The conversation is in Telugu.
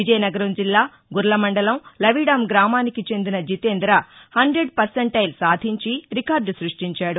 విజయనగరం జిల్లా గుర్ల మండలం లవిడాం గ్రామానికి చెందిన జితేంర హండెడ్ పర్సంటైల్ సాధించి రికార్గ సృష్టించాడు